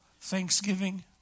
Thanksgiving